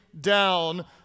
down